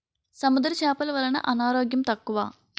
సముద్ర చేపలు వలన అనారోగ్యం తక్కువ